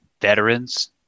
veterans